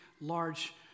large